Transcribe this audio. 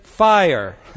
fire